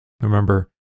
remember